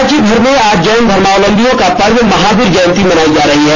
राज्य भर में आज जैन धर्मावलंबियों का पर्व महावीर जयंती मनाई जा रही है